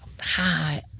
Hi